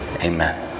Amen